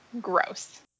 gross